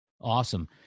awesome